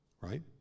right